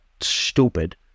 stupid